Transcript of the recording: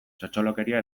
txotxolokeria